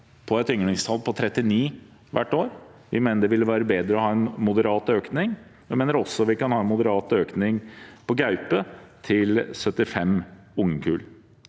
på et ynglingstall på 39 hvert år. Vi mener det ville være bedre å ha en moderat økning og mener også vi kan ha en moderat økning av gaupe til 75 ungekull.